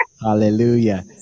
Hallelujah